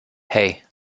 hey